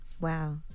Wow